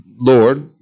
Lord